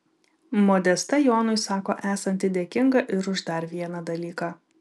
modesta jonui sako esanti dėkinga ir už dar vieną dalyką